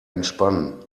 entspannen